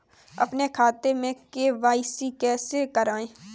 अपने खाते में के.वाई.सी कैसे कराएँ?